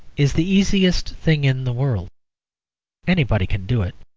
is the easiest thing in the world anybody can do it.